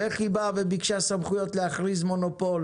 ואיך היא באה וביקשה סמכויות להכריז מונופול